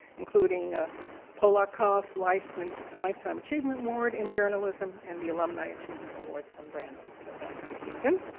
including ah polocoff lifetime and lifetime achievement award in journalism, and the alumni achievement award from brandeis, so that's susan.